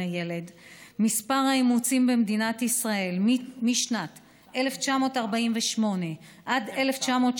הילד מספר האימוצים במדינת ישראל משנת 1948 עד 1965